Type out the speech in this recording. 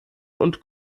und